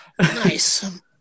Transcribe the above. Nice